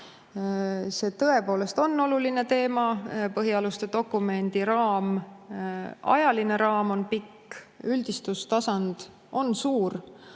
See tõepoolest on oluline teema. Põhialuste dokumendi ajaline raam on pikk ja üldistustasand on suur,